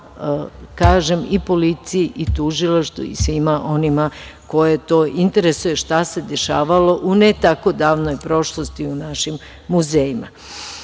kažem i policiji i tužilaštvu i svima onima koje to interesuje šta se dešavalo u ne tako davnoj prošlosti u našim muzejima. Da,